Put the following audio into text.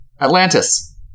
Atlantis